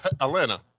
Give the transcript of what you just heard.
Atlanta